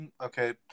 Okay